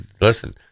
listen—